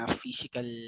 physical